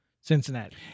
Cincinnati